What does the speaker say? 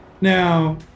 Now